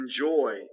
enjoy